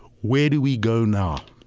where do we go now?